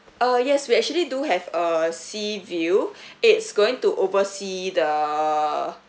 uh yes we actually do have a sea view it's going to oversee the